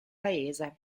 paese